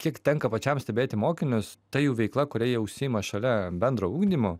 kiek tenka pačiam stebėti mokinius ta jų veikla kuria jie užsiima šalia bendro ugdymo